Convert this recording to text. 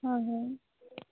হয় হয়